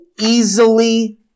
easily